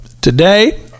today